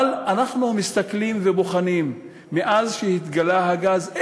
אבל אנחנו מסתכלים ובוחנים: מאז התגלה הגז,